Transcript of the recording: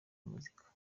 muzika